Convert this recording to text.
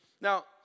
Now